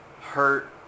hurt